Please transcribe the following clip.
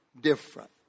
different